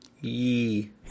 Yee